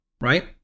Right